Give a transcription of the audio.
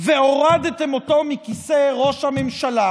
והורדתם אותו מכיסא ראש הממשלה,